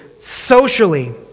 socially